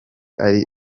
ari